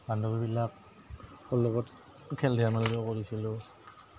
বান্ধৱীবিলাকৰ লগত খেল ধেমালিও কৰিছিলোঁ